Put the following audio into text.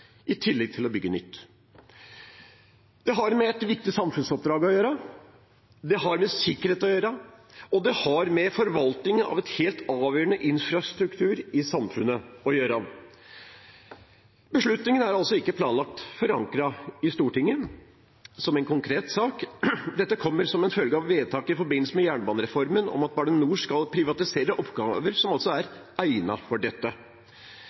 i tillegg til å bygge nytt. Det har med et viktig samfunnsoppdrag å gjøre, det har med sikkerhet å gjøre, og det har med forvaltningen av en helt avgjørende infrastruktur i samfunnet å gjøre. Beslutningen er altså ikke planlagt forankret i Stortinget som en konkret sak. Dette kommer som en følge av vedtak i forbindelse med jernbanereformen, om at Bane NOR skal privatisere oppgaver som er egnet for dette.